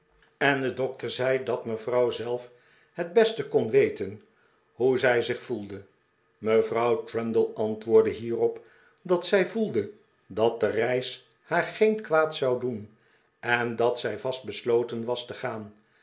en de dokter zei nog een huwelijk li dat mevrouw zelf het beste kon weten hoe zij zich voelde mevrouw trundle antwoordde hierop dat zij voelde dat de reis haar geen kwaad zou doen en dat zij vast besloten was te gaan